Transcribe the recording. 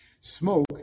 Smoke